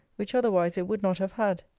which otherwise it would not have had.